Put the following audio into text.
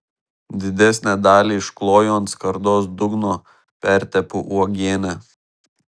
didesnę dalį iškloju ant skardos dugno pertepu uogiene